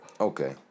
Okay